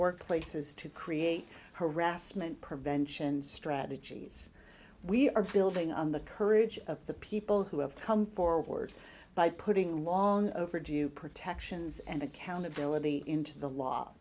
workplaces to create harassment prevention strategies we are building on the courage of the people who have come forward by putting long overdue protections and accountability into the law